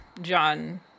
John